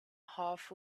half